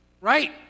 right